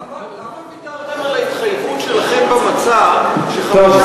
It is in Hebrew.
למה ויתרתם על ההתחייבות שלכם במצע ש-5% טוב,